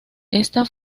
esta